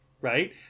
right